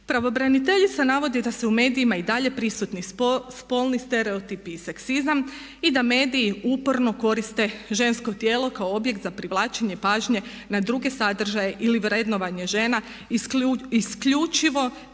Pravobraniteljica navodi da su u medijima i dalje prisutni spolni stereotipi i seksizam i da mediji uporno koriste žensko tijelo kao objekt za privlačenje pažnje na druge sadržaje ili vrednovanje žena isključivo temeljem